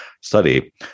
study